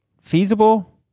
feasible